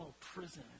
prison